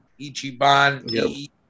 Ichiban